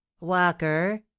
walker